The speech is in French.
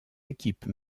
équipes